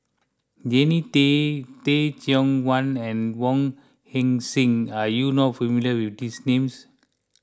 Jannie Tay Teh Cheang Wan and Wong Heck Sing are you not familiar with these names